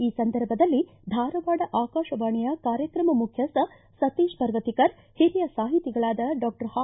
ಈ ಸಂದರ್ಭದಲ್ಲಿ ಧಾರವಾಡ ಆಕಾಶವಾಣಿಯ ಕಾರ್ಯಕ್ರಮ ಮುಖ್ಯಸ್ಥ ಸತೀಶ ಪರ್ವತೀಕರ್ ಹಿರಿಯ ಸಾಹಿತಿಗಳಾದ ಡಾಕ್ಟರ್ ಹಾ